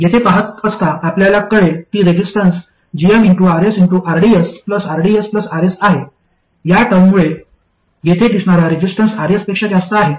येथे पहात असता आपल्याला कळेल की रेसिस्टन्स gmRsrds rds Rs आहे या टर्म मुळे येथे दिसणारा रेसिस्टन्स Rs पेक्षा जास्त आहे